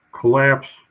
collapse